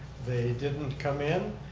they didn't come in,